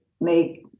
make